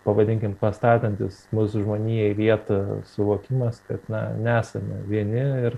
pavadinkim pastatantis mūsų žmoniją į vietą suvokimas kad na nesame vieni ir